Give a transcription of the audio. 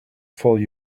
follow